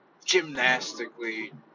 gymnastically